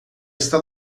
está